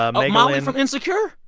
ah molly from insecure?